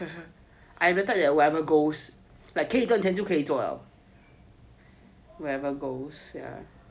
I'm the type that whatever goes like 可以赚钱就可以做 liao whatever goes yeah